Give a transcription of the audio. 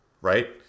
right